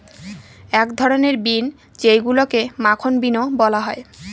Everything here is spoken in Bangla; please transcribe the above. এক ধরনের বিন যেইগুলাকে মাখন বিনও বলা হয়